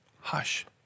hush